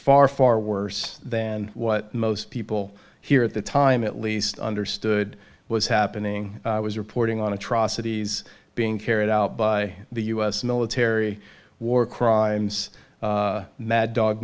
far far worse than what most people here at the time at least understood was happening i was reporting on atrocities being carried out by the u s military war crimes mad dog